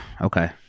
okay